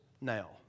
now